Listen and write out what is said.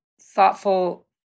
thoughtful